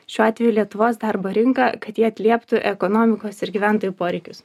šiuo atveju lietuvos darbo rinka kad ji atlieptų ekonomikos ir gyventojų poreikius